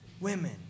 Women